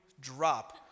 drop